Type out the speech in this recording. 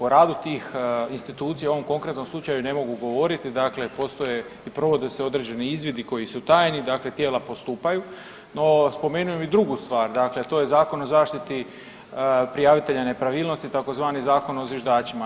O radu tih institucija u ovom konkretnom slučaju ne mogu govoriti, dakle postoje i provode se određeni izvidi koji su tajni, dakle tijela postupaju, no spomenuo bi drugu stvar, to je Zakon o zaštiti prijavitelja nepravilnosti tzv. Zakon o zviždačima.